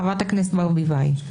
חברת הכנסת ברביבאי,